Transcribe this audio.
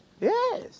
Yes